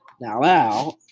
Now